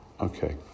Okay